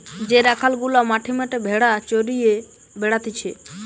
যে রাখাল গুলা মাঠে মাঠে ভেড়া চড়িয়ে বেড়াতিছে